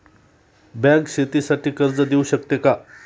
Bank शेतीसाठी कर्ज देऊ शकते का?